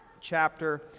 chapter